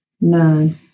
None